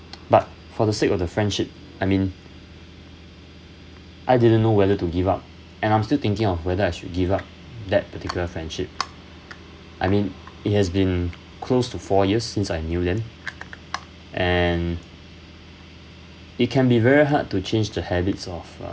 but for the sake of the friendship I mean I didn't know whether to give up and I'm still thinking of whether I should give up that particular friendship I mean it has been close to four years since I knew them and it can be very hard to change the habits of uh